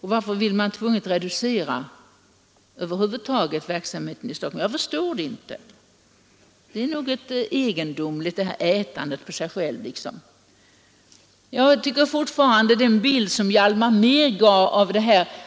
Och varför vill man över huvud taget tvunget reducera verksamheten i Stockholm? Jag förstår inte detta ätande på sig själv. Det var en riktig bild som Hjalmar Mehr gav av